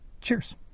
Cheers